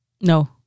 No